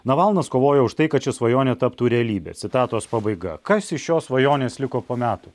navalnas kovoja už tai kad ši svajonė taptų realybe citatos pabaiga kas iš šios svajonės liko po metų